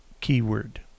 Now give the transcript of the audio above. keyword